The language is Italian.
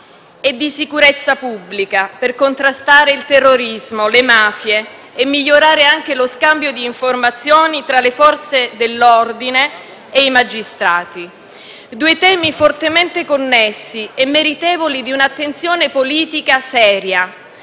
e di sicurezza pubblica per contrastare il terrorismo, le mafie e migliorare anche lo scambio d'informazioni tra le Forze dell'ordine e i magistrati: due temi fortemente connessi e meritevoli di un'attenzione politica seria.